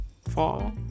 fall